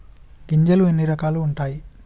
గింజలు ఎన్ని రకాలు ఉంటాయి?